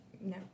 no